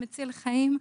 מציל חיים.